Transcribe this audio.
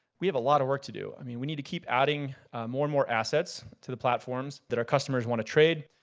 we have a lot of work to do. i mean we need to keep adding more and more assets to the platforms that our customers wanna trade,